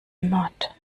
not